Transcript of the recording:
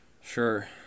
Sure